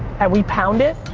and we pound it,